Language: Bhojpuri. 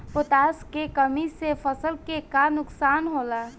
पोटाश के कमी से फसल के का नुकसान होला?